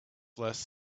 less